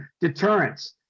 deterrence